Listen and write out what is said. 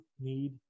need